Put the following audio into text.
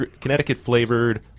Connecticut-flavored